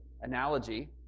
analogy